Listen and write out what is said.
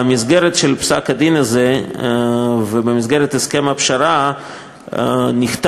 במסגרת פסק-הדין הזה ובמסגרת הסכם הפשרה נחתם